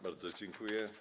Bardzo dziękuję.